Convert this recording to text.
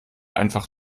einfach